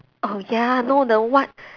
oh ya no the what